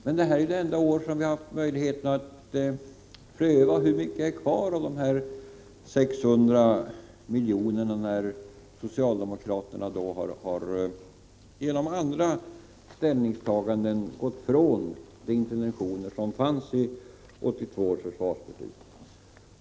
Men detta är det enda år under vilket vi haft möjlighet att pröva: Hur mycket är kvar av dessa 600 miljoner sedan socialdemokraterna genom andra ställningstaganden gått ifrån de intentioner som fanns i 1982 års försvarsbeslut?